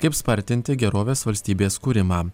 kaip spartinti gerovės valstybės kūrimą